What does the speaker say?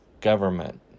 government